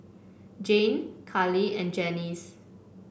Jane Karli and Janis